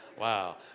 Wow